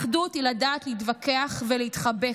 אחדות היא לדעת להתווכח ולהתחבק,